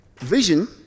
Vision